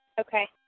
Okay